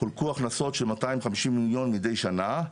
חולקו הכנסות של מאתיים חמישים מיליון מדי שנה.